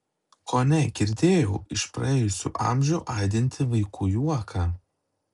kone girdėjau iš praėjusių amžių aidintį vaikų juoką